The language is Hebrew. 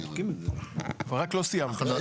רק לא סיימתי.